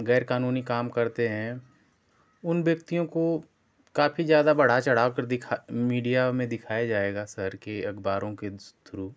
गैरकानूनी काम करते हैं उन व्यक्तियों को काफ़ी ज़्यादा बढ़ा चढ़ा कर दिखा मीडिया में दिखाया जाएगा शहर की अखबारों के थ्रू